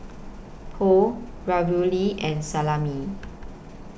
Pho Ravioli and Salami